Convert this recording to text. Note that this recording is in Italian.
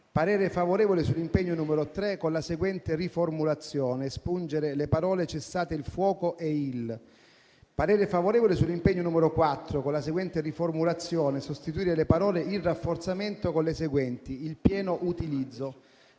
parere favorevole sull'impegno n. 3, con la seguente riformulazione: espungere le parole «cessate il fuoco e il». Esprimo parere favorevole sull'impegno n. 4, con la seguente riformulazione: sostituire le parole «il rafforzamento» con le seguenti: «il pieno utilizzo».